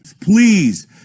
Please